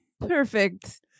perfect